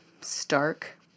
stark